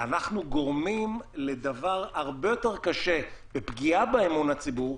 אנחנו גורמים לדבר הרבה יותר קשה ולפגיעה באמון הציבור,